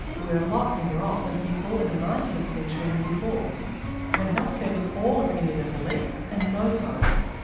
we're a lot better off than people in the nineteenth century and before when health care was all opinion and belief and no science.